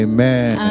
Amen